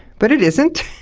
but it isn't.